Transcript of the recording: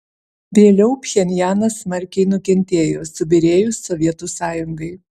vėliau pchenjanas smarkiai nukentėjo subyrėjus sovietų sąjungai